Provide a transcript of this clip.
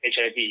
HIV